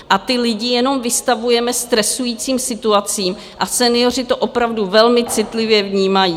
A ty lidi jenom vystavujeme stresujícím situacím a senioři to opravdu velmi citlivě vnímají.